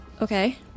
Okay